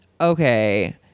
okay